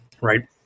right